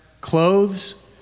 clothes